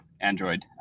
Android